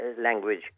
language